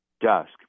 dusk